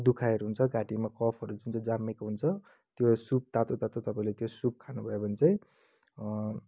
दुखाइहरू हुन्छ घाँटीमा कफहरू जुन चाहिँ जामिएको हुन्छ त्यो सुप तातो तातो तपाईँले त्यो सुप खानुभयो भने चाहिँ